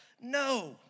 no